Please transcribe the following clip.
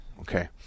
Okay